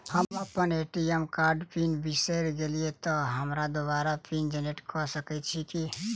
हम अप्पन ए.टी.एम कार्डक पिन बिसैर गेलियै तऽ हमरा दोबारा पिन जेनरेट कऽ सकैत छी की?